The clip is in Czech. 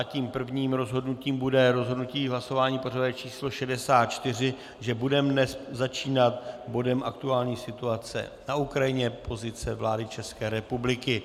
Tím prvním rozhodnutím bude rozhodnutí hlasováním pořadové číslo 64, že budeme dnes začínat bodem Aktuální situace na Ukrajině a pozice vlády České republiky.